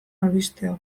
albisteak